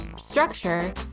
Structure